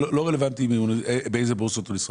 לא רלוונטי באיזה בורסות הוא נסחר.